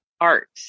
art